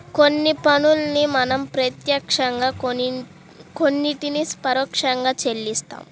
కొన్ని పన్నుల్ని మనం ప్రత్యక్షంగా కొన్నిటిని పరోక్షంగా చెల్లిస్తాం